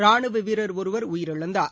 ராணுவவீரர் ஒருவர் உயிரிழந்தார்